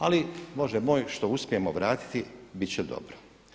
Ali Bože moj, što uspijemo vratiti biti će dobro.